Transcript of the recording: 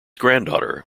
granddaughter